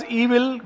evil